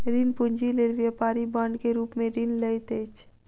ऋण पूंजी लेल व्यापारी बांड के रूप में ऋण लैत अछि